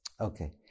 Okay